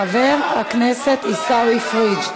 חבר הכנסת עיסאווי פריג'.